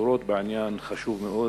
בשורות בעניין חשוב מאוד.